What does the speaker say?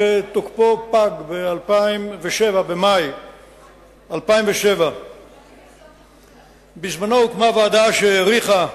שתוקפו פג במאי 2007. בזמנו הוקמה ועדה שהעריכה,